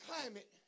climate